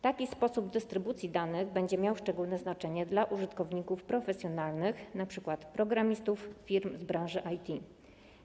Taki sposób dystrybucji danych będzie miał szczególne znaczenie dla użytkowników profesjonalnych, np. programistów, firm branży IT.